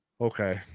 okay